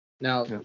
Now